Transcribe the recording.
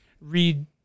read